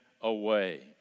away